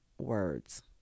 words